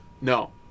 no